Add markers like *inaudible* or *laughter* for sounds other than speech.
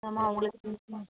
ஆமாம் உங்களுக்கு *unintelligible*